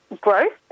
growth